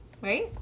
right